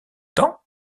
temps